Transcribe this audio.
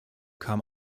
kam